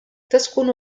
تسكن